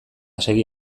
segi